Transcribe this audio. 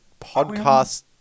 podcast